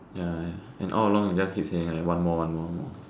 ya and all along just keep saying like one more one more one more